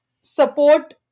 support